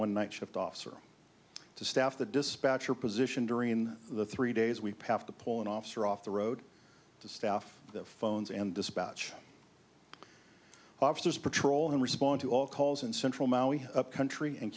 one night shift officer to staff the dispatcher position during the three days we pass the pull an officer off the road to staff the phones and dispatch officers patrol and respond to all calls in central maui country